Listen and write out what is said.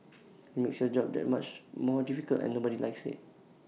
IT makes your job that much more difficult and nobody likes IT